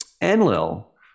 Enlil